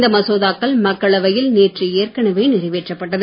இந்த மசோதாக்கள் மக்களவையில் நேற்று ஏற்கனவே நிறைவேற்றப்பட்டது